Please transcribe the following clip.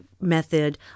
method